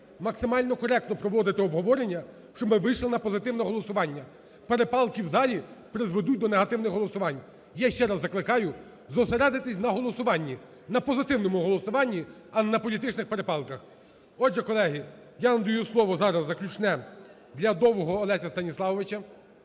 максимально коректно проводити обговорення, щоб ми вийшли на позитивне голосування. Перепалки в залі призведуть до негативних голосувань. Я ще закликаю зосередитись на голосуванні, на позитивному голосуванні, а не на політичних перепалках. Отже, колеги, я надаю слово зараз заключне для Довгого Олеся Станіславовича.